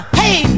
hey